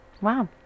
Wow